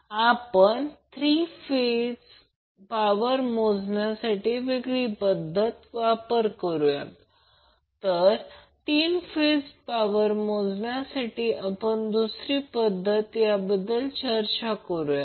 तर हा अँगल जो Vcb आणि या V मधील आहे Vab आणि VAN हा अँगल 30° आहे आणि VAN त्याचप्रमाणे येथे Vca आणि VCN यामधील अँगल 30° असेल